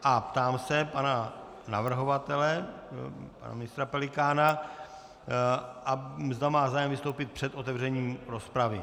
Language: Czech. Ptám se pana navrhovatele, pana ministra Pelikána, zda má zájem vystoupit před otevřením rozpravy.